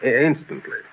Instantly